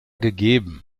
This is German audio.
gegeben